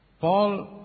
Paul